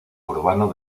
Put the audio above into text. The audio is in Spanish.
urbano